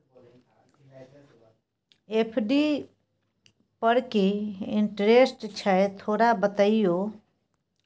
FD पर की interest छय थोरा बतईयो?